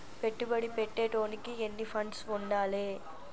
పెట్టుబడి పెట్టేటోనికి ఎన్ని ఫండ్స్ ఉండాలే?